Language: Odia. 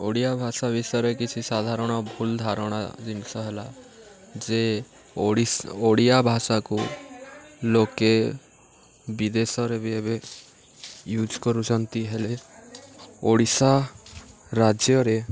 ଓଡ଼ିଆ ଭାଷା ବିଷୟରେ କିଛି ସାଧାରଣ ଭୁଲ୍ ଧାରଣା ଜିନିଷ ହେଲା ଯେ ଓଡ଼ିଶ ଓଡ଼ିଆ ଭାଷାକୁ ଲୋକେ ବିଦେଶରେ ବି ଏବେ ୟୁଜ୍ କରୁଛନ୍ତି ହେଲେ ଓଡ଼ିଶା ରାଜ୍ୟରେ